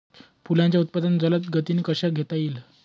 फुलांचे उत्पादन जलद गतीने कसे घेता येईल?